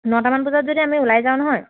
নটামান বজাত যদি আমি ওলাই যাওঁ নহয়